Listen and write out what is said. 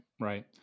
right